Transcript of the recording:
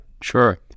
Sure